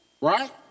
right